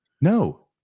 No